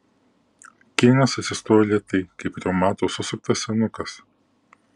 keinas atsistojo lėtai kaip reumato susuktas senukas